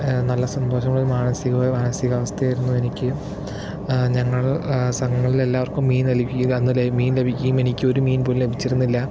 നല്ല സന്തോഷമുള്ളൊരു മാനസികാവസ്ഥയായിരുന്നു എനിക്ക് ഞങ്ങൾ സ്ഥലങ്ങളിൽ എല്ലാർക്കും മീൻ നൽകി അന്ന് മീൻ ലഭിക്കുകയും എനിക്ക് ഒരു മീൻ പോലും ലഭിച്ചിരുന്നില്ല